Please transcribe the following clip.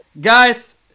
Guys